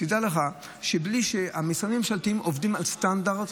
דע לך שהמשרדים הממשלתיים עובדים על סטנדרט.